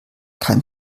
kein